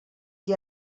qui